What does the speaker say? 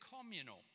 communal